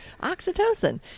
oxytocin